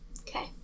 Okay